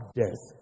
death